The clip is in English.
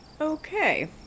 Okay